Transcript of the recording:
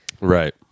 Right